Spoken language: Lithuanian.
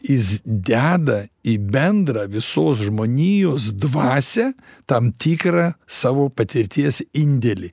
jis deda į bendrą visos žmonijos dvasią tam tikrą savo patirties indėlį